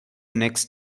next